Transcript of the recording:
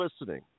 listening